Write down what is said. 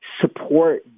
support